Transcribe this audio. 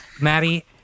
Maddie